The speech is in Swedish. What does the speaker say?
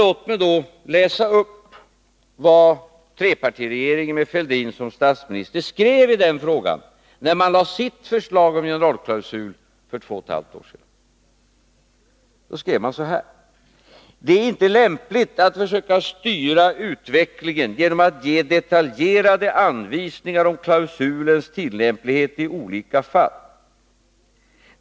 Låt mig därför läsa upp vad trepartiregeringen med Thorbjörn Fälldin som statsminister skrev, när den för två och ett halvt år sedan lade fram sitt förslag om generalklausul: ”Det synes inte heller lämpligt att försöka styra utvecklingen genom att ge detaljerade anvisningar om klausulens tillämplighet i olika fall.